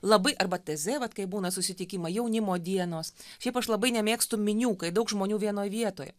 labai arba taizė vat kaip būna susitikimai jaunimo dienos šiaip aš labai nemėgstu minių kai daug žmonių vienoj vietoj